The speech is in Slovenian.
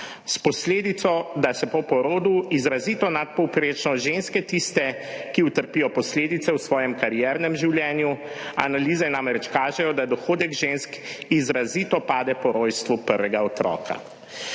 s posledico, da so ženske po porodu izrazito, nadpovprečno tiste, ki utrpijo posledice v svojem kariernem življenju. Analize namreč kažejo, da dohodek žensk izrazito pade po rojstvu prvega otroka.